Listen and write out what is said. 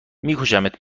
میکشمت